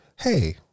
Hey